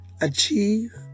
achieve